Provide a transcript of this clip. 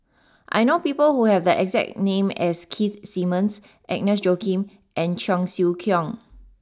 I know people who have the exact name as Keith Simmons Agnes Joaquim and Cheong Siew Keong